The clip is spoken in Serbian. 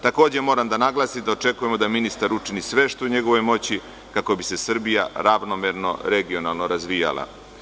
Takođe, moram da naglasim da očekujemo da ministar učini sve što je u njegovoj moći da se Srbija ravnomerno regionalno razvija.